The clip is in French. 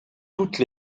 toutes